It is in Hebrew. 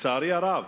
לצערי הרב,